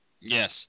Yes